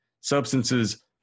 substances